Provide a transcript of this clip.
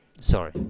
Sorry